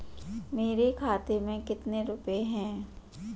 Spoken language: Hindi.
मेरे खाते में कितने रुपये हैं?